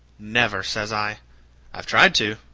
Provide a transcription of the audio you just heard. never, says i i've tried to,